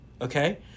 Okay